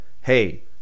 hey